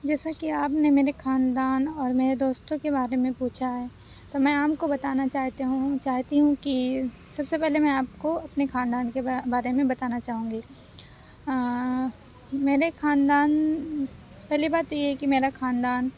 جیسا کہ آپ نے میرے خاندان اور میرے دوستوں کے بارے میں پوچھا ہے تو میں آم کو بتانا چاہتی ہوں چاہتی ہوں کہ سب سے پہلے میں آپ کو اپنے خاندان کے بار بارے میں بتانا چاہوں گی میرے خاندان پہلی بات تو یہ ہے کہ میرا خاندان